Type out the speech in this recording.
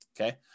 Okay